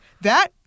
That-